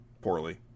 poorly